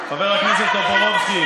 חבר הכנסת טופורובסקי,